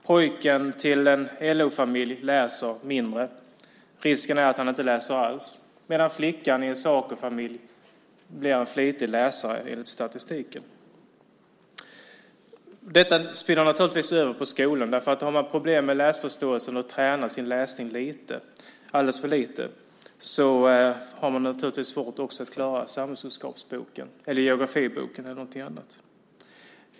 Pojken i en LO-familj läser mindre - risken är att han inte läser alls - medan flickan i en Sacofamilj blir en flitig läsare enligt statistiken. Detta spiller naturligtvis över på skolan. Har man problem med läsförståelsen och tränar sin läsning alldeles för lite har man också svårt att klara samhällskunskapsboken, geografiboken och annat.